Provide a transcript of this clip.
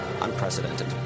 Unprecedented